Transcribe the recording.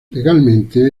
legalmente